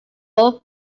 one